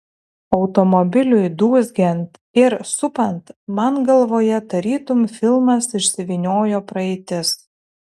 automobiliui dūzgiant ir supant man galvoje tarytum filmas išsivyniojo praeitis